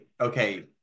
okay